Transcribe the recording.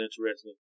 interesting